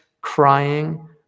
crying